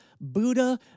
Buddha